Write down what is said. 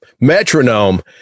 metronome